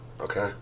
Okay